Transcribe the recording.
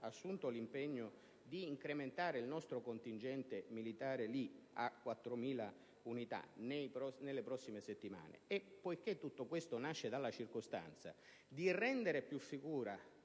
assunto l'impegno di incrementare il nostro contingente militare a 4.000 unità nelle prossime settimane e poiché tutto questo nasce dalla circostanza di rendere più sicura